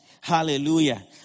Hallelujah